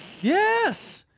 Yes